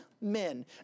men